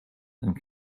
and